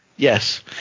Yes